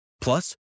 Plus